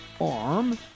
arm